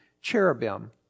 cherubim